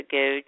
go